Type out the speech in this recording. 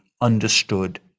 understood